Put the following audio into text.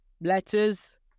letters